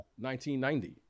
1990